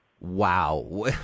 Wow